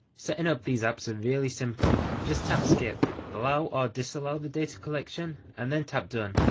setting up these apps are really simple, just tap skip, allow or disallow the data collection and then tap done.